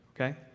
okay